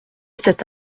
cet